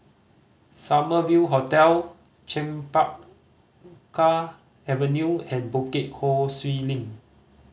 Summer View Hotel Chempaka Avenue and Bukit Ho Swee Link